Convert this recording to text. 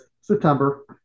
September